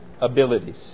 abilities